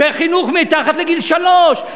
וחינוך מתחת לגיל שלוש,